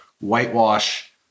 whitewash